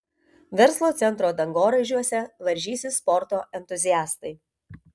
verslo centro dangoraižiuose varžysis sporto entuziastai